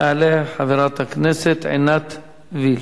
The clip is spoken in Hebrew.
תעלה חברת הכנסת עינת וילף.